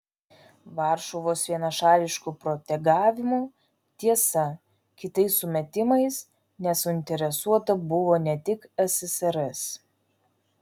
varšuvos vienašališku protegavimu tiesa kitais sumetimais nesuinteresuota buvo ne tik ssrs